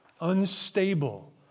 unstable